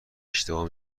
اشتباه